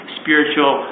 spiritual